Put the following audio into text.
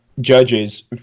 judges –